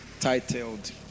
titled